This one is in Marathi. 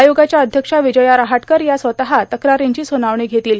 आयोगाच्या अध्यक्षा विजया रहाटकर या स्वत तक्रार्राची सुनावणी घेतील